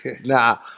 Nah